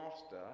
master